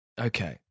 Okay